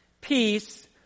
Peace